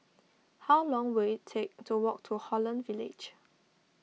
how long will it take to walk to Holland Village